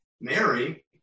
Mary